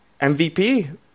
MVP